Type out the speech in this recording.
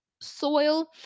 soil